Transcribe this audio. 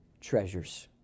treasures